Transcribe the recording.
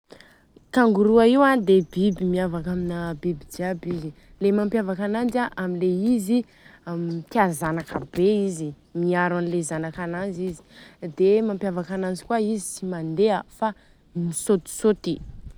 Tangoroa io a dia biby miavaka amina biby jiaby. Le mampiavaka ananjy a amin'le izy tia zanaka be izy, miaro an'le zanaka ananjy izy. Dia mampiavaka ananjy koa izy tsy mandeha fa misôtisôty.